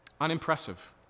Unimpressive